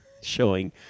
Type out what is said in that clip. showing